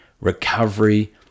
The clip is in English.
recovery